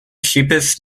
cheapest